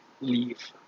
leave